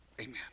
Amen